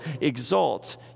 exalt